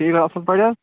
ٹھیٖک اَصٕل پٲٹھۍ حظ